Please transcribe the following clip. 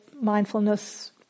mindfulness